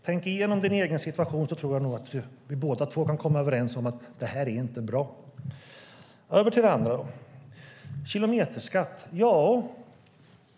Tänk igenom din egen situation, så tror jag nog att vi kan komma överens om att det här inte är bra. Över till den andra frågan, kilometerskatt.